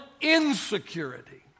insecurity